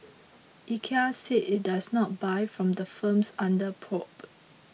IKEA said it does not buy from the firms under probe